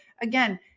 again